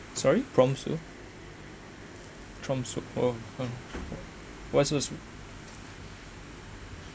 sorry tromso tromso oh !huh! why so